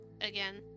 again